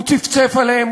הוא צפצף עליהם,